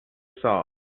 saw